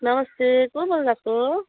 नमस्ते को बोल्नु भएको